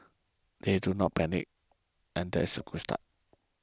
they did not panic and that's a good start